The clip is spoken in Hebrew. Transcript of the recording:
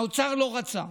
האוצר לא רצה,